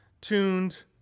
tuned